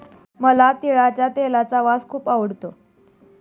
मला तिळाच्या तेलाचा वास खूप आवडतो